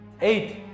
Eight